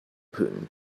putin